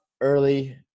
early